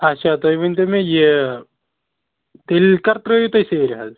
اچھا تُہۍ ؤنۍتو مےٚ یہِ تیٚلہِ کَر ترٛٲیِو تُہۍ سیرِ حظ